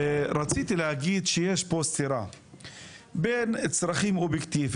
רציתי להגיד שיש פה סתירה בין צרכים אובייקטים